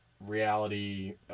reality